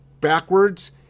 backwards